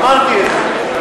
אמרתי את זה.